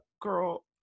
girl